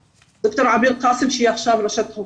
ד"ר עביר קאסם, שהיא עכשיו ראש חוג: